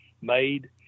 made